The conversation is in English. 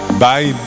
bye